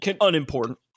unimportant